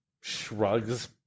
shrugs